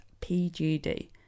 PGD